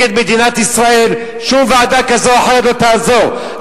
נגד מדינת ישראל, שום ועדה כזאת או אחרת לא תעזור.